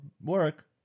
work